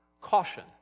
Caution